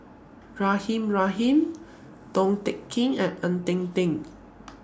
Rahimah Rahim Tong Teck Kin and Ng Eng Teng